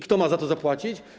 Kto ma za to zapłacić?